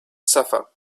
suffer